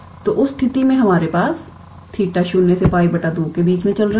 तो उस स्थिति में हमारे पास 𝜃 0 से 𝜋 2 के बीच चल रहा है